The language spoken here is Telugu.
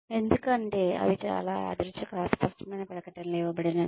ఎందుకంటే అవి చాలా యాదృచ్ఛిక అస్పష్టమైన ప్రకటనలు ఇవ్వబడినందున